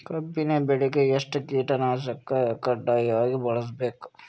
ಕಬ್ಬಿನ್ ಬೆಳಿಗ ಎಷ್ಟ ಕೀಟನಾಶಕ ಕಡ್ಡಾಯವಾಗಿ ಬಳಸಬೇಕು?